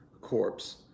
corpse